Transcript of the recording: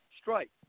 strike